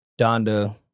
Donda